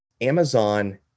Amazon